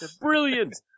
Brilliant